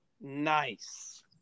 nice